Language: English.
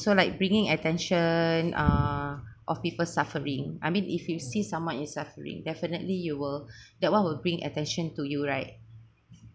so like bringing attention uh of people suffering I mean if you see someone is suffering definitely you will that [one] would bring attention to you right